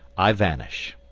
i vanish.